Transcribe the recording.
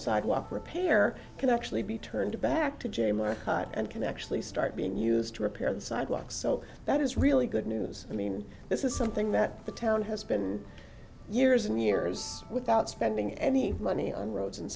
sidewalk repair can actually be turned back to j market and can actually start being used to repair the sidewalks so that is really good news i mean this is something that the town has been years and years without spending any money on roads and